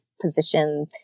position